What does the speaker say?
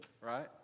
right